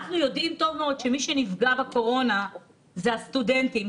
אנחנו יודעים טוב מאוד שמי שנפגע בקורונה זה הסטודנטים,